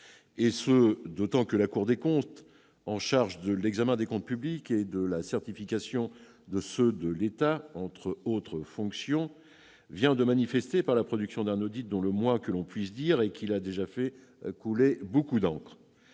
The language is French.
Et ce d'autant que la Cour des comptes, en charge de l'examen des comptes publics et de la certification de ceux de l'État, entre autres fonctions, vient de se manifester par la production d'un audit dans son rapport intitulé dont le moins que l'on puisse dire est qu'il a déjà fait couler beaucoup d'encre.